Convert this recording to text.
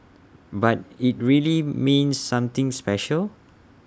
but IT really means something special